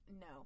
no